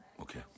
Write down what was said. Okay